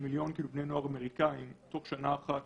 כמיליון בני נוער אמריקאים נוספו תוך שנה אחת